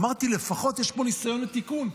אמרתי, לפחות יש פה ניסיון לתיקון.